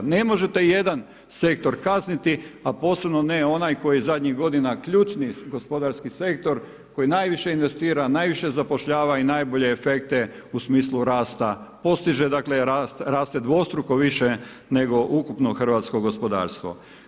Ne možete jedan sektor kazniti, a posebno ne onaj koji je zadnjih godina ključni gospodarski sektor, koji najviše investira, najviše zapošljava i najbolje efekte u smislu rasta postiže, dakle raste dvostruko više nego ukupno hrvatsko gospodarstvo.